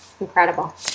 incredible